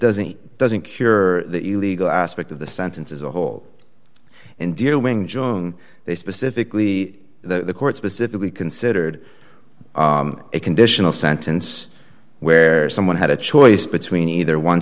doesn't it doesn't cure the legal aspect of the sentence as a whole in dealing giong they specifically the court specifically considered a conditional sentence where someone had a choice between either one